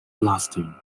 lasting